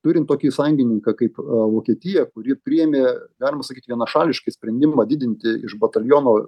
turint tokį sąjungininką kaip vokietija kuri priėmė galima sakyt vienašališkai sprendimą didinti iš bataliono